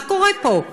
מה קורה פה?